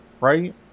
Right